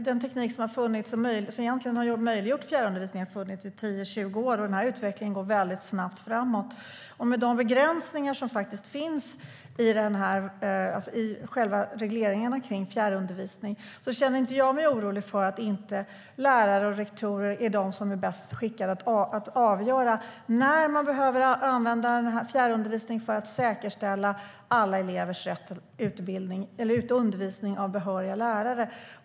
Den teknik som har möjliggjort fjärrundervisning har funnits i tio tjugo år, och utvecklingen går väldigt snabbt framåt. Med de begränsningar som finns i regleringen av fjärrundervisning känner jag mig inte orolig för att lärare och rektorer inte är bäst skickade att avgöra när fjärrundervisning behövs för att säkerställa alla elevers rätt till undervisning av behöriga lärare.